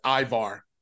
Ivar